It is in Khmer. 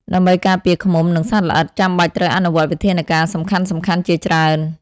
ដើម្បីការពារឃ្មុំ និងសត្វល្អិត ចាំបាច់ត្រូវអនុវត្តវិធានការសំខាន់ៗជាច្រើន។